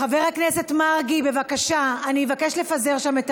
חבר הכנסת מרגי, בבקשה, אני מבקשת לפזר שם את